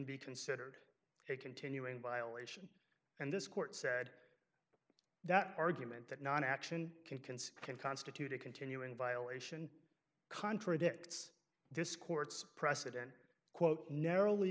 be considered a continuing violation and this court said that argument that non action can conceive can constitute a continuing violation contradicts this court's precedent quote narrowly